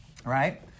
Right